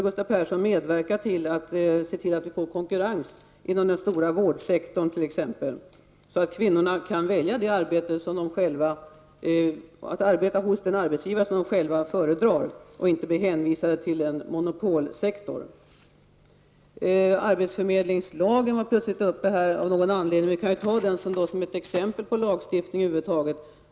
Gustav Persson kunde väl medverka till att vi får konkurrens inom t.ex. den stora vårdsektorn, så att kvinnorna kan välja att arbeta hos den arbetsgivare som de själva föredrar och inte blir hänvisade till en monopolsektor. Arbetsförmedlingslagen togs plötsligt upp här av någon anledning. Vi kan se den som ett exempel på lagstiftning över huvud taget.